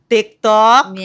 TikTok